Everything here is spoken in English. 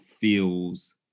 feels